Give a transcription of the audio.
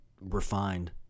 refined